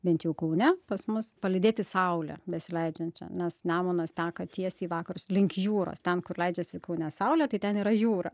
bent jau kaune pas mus palydėti saulę besileidžiančią nes nemunas teka tiesiai į vakarus link jūros ten kur leidžiasi kaune saulė tai ten yra jūra